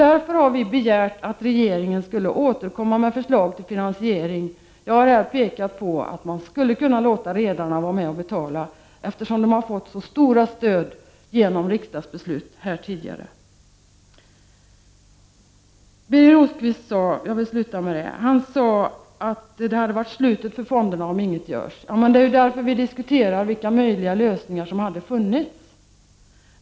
Därför har vi begärt att regeringen skall återkomma med förslag till finansiering. Jag har här pekat på att man skulle kunna låta redarna vara med och betala, eftersom de har fått så stora stöd genom riksdagsbeslut tidigare. Birger Rosqvist sade att det skulle vara slutet för fonderna om ingenting görs. Ja, men det är ju därför vi diskuterar vilka lösningar som hade varit möjliga.